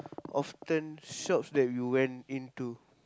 often shops that you went into